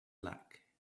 luck